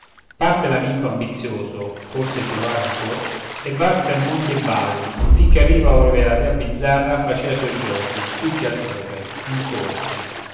parte l'amico ambizïoso forse più avaro ancor e va per monti e valli infin che arriva ove la dea bizzarra facea suoi giochi più che altrove in corte